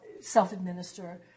self-administer